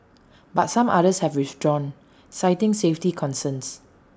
but some others have withdrawn citing safety concerns